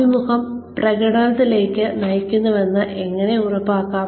അഭിമുഖം പ്രകടനത്തിലേക്ക് നയിക്കുന്നുവെന്ന് എങ്ങനെ ഉറപ്പാക്കാം